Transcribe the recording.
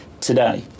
today